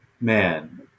Man